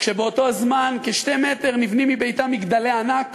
כשבאותו זמן, כשני מטר מביתם נבנים מגדלי ענק